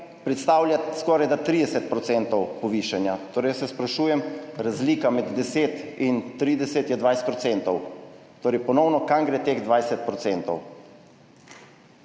predstavlja skorajda 30 % povišanja. Torej, jaz se sprašujem, razlika med 10 in 30 je 20 % torej ponovno, kam gre teh 20 %?